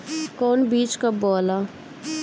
कौन बीज कब बोआला?